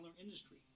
industry